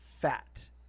fat